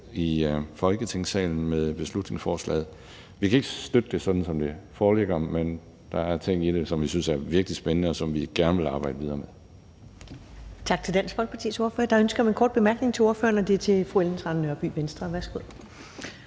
i Folketingssalen med beslutningsforslaget. Vi kan ikke støtte det, sådan som det foreligger, men der er ting i det, som vi synes er virkelig spændende, og som vi gerne vil arbejde videre med.